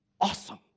awesome